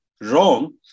wrong